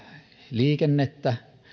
liikennettä